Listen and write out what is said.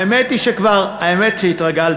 האמת היא שכבר, האמת שהתרגלתי,